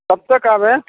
कब तक आवें